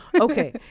okay